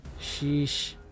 Sheesh